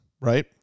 right